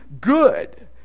good